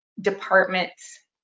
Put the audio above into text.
departments